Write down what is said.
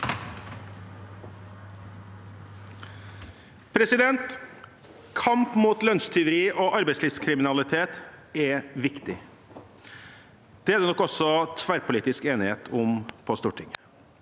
Kamp mot lønnstyveri og arbeidslivskriminalitet er viktig. Det er det nok også tverrpolitisk enighet om på Stortinget.